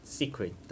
secret